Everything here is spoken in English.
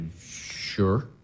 sure